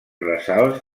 ressalts